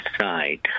side